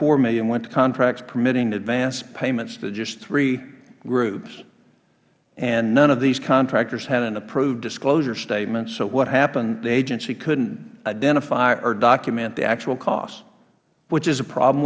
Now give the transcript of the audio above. dollars million went to contracts permitting advanced payments to just three groups none of these contractors had an approved disclosure statement so what happened was the agency couldnt identify or document the actual costs which is a problem